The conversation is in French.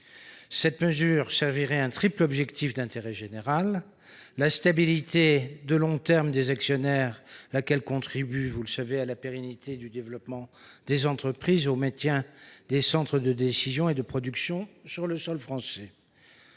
Cette mesure servirait un triple objectif d'intérêt général : tout d'abord, la stabilité de long terme des actionnariats, laquelle contribue à la pérennité du développement des entreprises et au maintien des centres de décision et de production sur le sol français